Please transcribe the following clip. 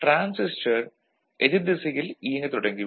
transistor எதிர்திசையில் இயங்க தொடங்கிவிடும்